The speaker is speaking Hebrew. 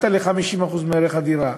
המשכנתה ל-50% מערך הדירה,